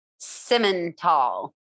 Simmental